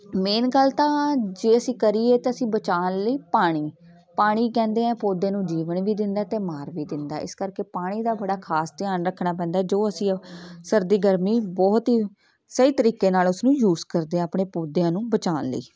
main ਗੱਲ ਤਾਂ ਜੇ ਅਸੀਂ ਕਰੀਏ ਤਾਂ ਅਸੀਂ ਬਚਾਉਣ ਲਈ ਪਾਣੀ ਪਾਣੀ ਕਹਿੰਦੇ ਆ ਪੌਦੇ ਨੂੰ ਜੀਵਨ ਵੀ ਦਿੰਦਾ ਅਤੇ ਮਾਰ ਵੀ ਦਿੰਦਾ ਇਸ ਕਰਕੇ ਪਾਣੀ ਦਾ ਬੜਾ ਖਾਸ ਧਿਆਨ ਰੱਖਣਾ ਪੈਂਦਾ ਜੋ ਅਸੀਂ ਸਰਦੀ ਗਰਮੀ ਬਹੁਤ ਹੀ ਸਹੀ ਤਰੀਕੇ ਨਾਲ ਉਸਨੂੰ ਯੂਜ ਕਰਦੇ ਆਪਣੇ ਪੌਦਿਆਂ ਨੂੰ ਬਚਾਉਣ ਲਈ